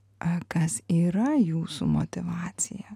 a kas yra jūsų motyvacija